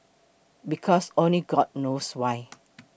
because only god knows why